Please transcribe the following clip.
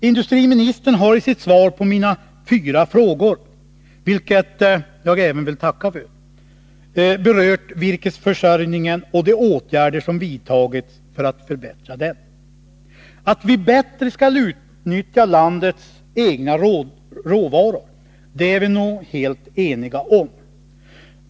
Industriministern har i sitt svar — vilket jag tackar för — på min interpellation, som gäller fyra frågor, berört virkesförsörjningen och de åtgärder som vidtagits för att förbättra denna. Att vi bättre skall utnyttja landets egna råvaror är vi nog helt eniga om.